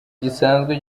gisanzwe